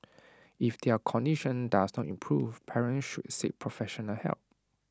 if their condition does not improve parents should seek professional help